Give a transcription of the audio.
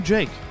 Jake